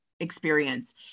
experience